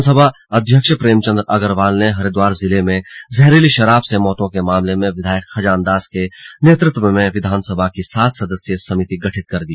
विधानसभा अध्यभक्ष प्रेमचंद अग्रवाल ने हरिद्वार जिले में जहरीली शराब से मौतों के मामले में विधायक खजानदास के नेतृत्वव में विधानसभा की सात सदस्यीय समिति गठित कर दी